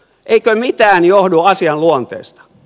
eikö mitään johdu asian luonteesta